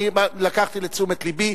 אני לקחתי לתשומת לבי.